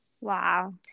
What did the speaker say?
Wow